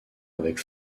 avec